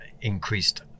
increased